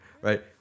right